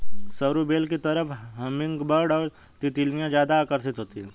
सरू बेल की तरफ हमिंगबर्ड और तितलियां ज्यादा आकर्षित होती हैं